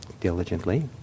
diligently